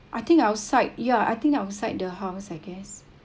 I think outside ya I think outside the house I guess